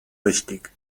richtig